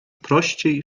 prościej